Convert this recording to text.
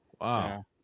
Wow